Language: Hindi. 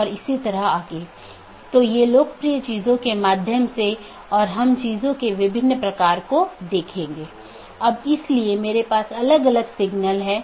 और फिर दूसरा एक जीवित है जो यह कहता है कि सहकर्मी उपलब्ध हैं या नहीं यह निर्धारित करने के लिए कि क्या हमारे पास वे सब चीजें हैं